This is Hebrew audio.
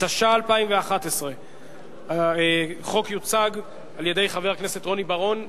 התשע"א 2011. החוק יוצג על-ידי חבר הכנסת רוני בר-און,